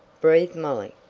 breathed molly.